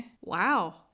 Wow